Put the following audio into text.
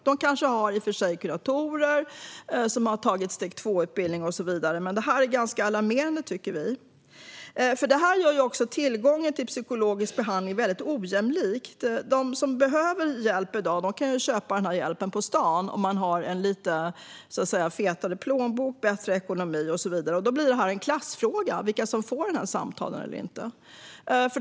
De kanske i och för sig har kuratorer som har gått steg 2-utbildning och så vidare, men vi tycker att det här är ganska alarmerande. Det gör nämligen tillgången till psykologisk behandling väldigt ojämlik. De som behöver hjälp i dag kan ju köpa den på stan om de har lite fetare plånbok, så att säga - bättre ekonomi och så vidare. Då blir det en klassfråga vilka som får de här samtalen.